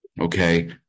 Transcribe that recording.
Okay